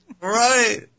Right